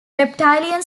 reptilian